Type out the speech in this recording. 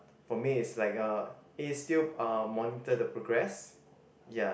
for me is like uh he is still uh monitor the progress ya